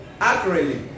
accurately